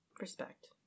Respect